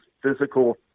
Physical